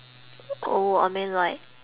oh I mean like